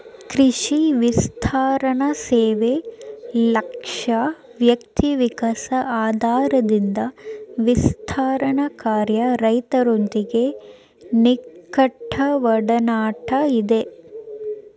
ಕೃಷಿ ವಿಸ್ತರಣಸೇವೆ ಲಕ್ಷ್ಯ ವ್ಯಕ್ತಿವಿಕಾಸ ಆದ್ದರಿಂದ ವಿಸ್ತರಣಾಕಾರ್ಯ ರೈತರೊಂದಿಗೆ ನಿಕಟಒಡನಾಟ ಇದೆ